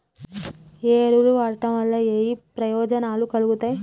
ఏ ఎరువులు వాడటం వల్ల ఏయే ప్రయోజనాలు కలుగుతయి?